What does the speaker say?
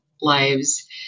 lives